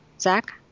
Zach